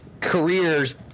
careers